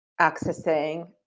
accessing